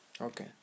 Okay